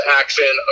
action